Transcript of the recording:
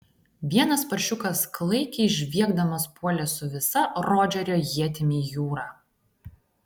vienas paršiukas klaikiai žviegdamas puolė su visa rodžerio ietimi į jūrą